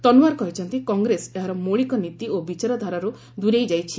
ତନ୍ୱାର କହିଛନ୍ତି କଂଗ୍ରେସ ଏହାର ମୌଳିକ ନୀତି ଓ ବିଚାରଧାରାର୍ତ ଦ୍ଦରେଇ ଯାଇଛି